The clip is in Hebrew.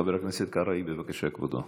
חבר הכנסת קרעי, בבקשה, כבודו.